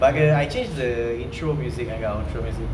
but the I changed the intro music and the outro music